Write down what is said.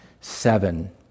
seven